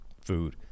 food